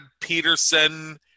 Peterson